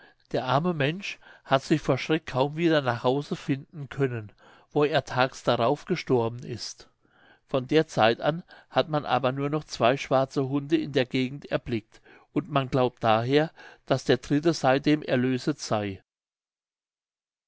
der arme mensch hat sich vor schreck kaum wieder nach hause finden können wo er tags darauf gestorben ist von der zeit an hat man aber nur noch zwei schwarze hunde in der gegend erblickt und man glaubt daher daß der dritte seitdem erlöset sey